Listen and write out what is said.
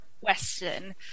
Western